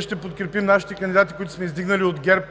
ще подкрепим нашите кандидати, които сме издигнали от ГЕРБ.